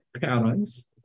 parents